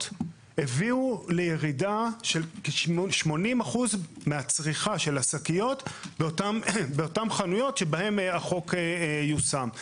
הביאו לירידה של כ-80% מצריכת השקיות באותן חנויות שבהן החוק יושם.